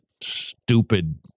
stupid